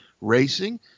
racing